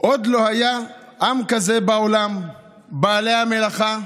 "עוד לא היה עם כזה בעולם, בעלי המלאכה,